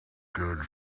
good